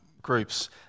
groups